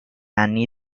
anni